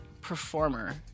performer